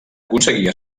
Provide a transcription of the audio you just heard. aconseguir